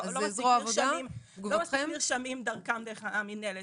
לא מספיק נרשמים דרכם, דרך המינהלת.